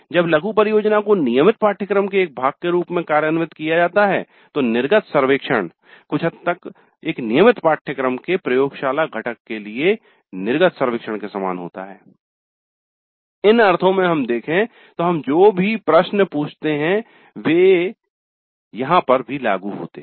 जब लघु परियोजना को नियमित पाठ्यक्रम के एक भाग के रूप में कार्यान्वित किया जाता है तो निर्गत सर्वेक्षण कुछ हद तक एक नियमित पाठ्यक्रम के प्रयोगशाला घटक के लिए निर्मित निर्गत सर्वेक्षण के समान होता है इन अर्थो में हम देखे तो हम जो भी प्रश्न पूछते हैं वे यहाँ पर भी लागू होते हैं